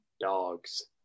dogs